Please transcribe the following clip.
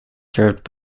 served